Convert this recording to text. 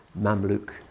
Mamluk